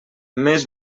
més